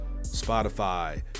spotify